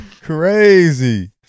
Crazy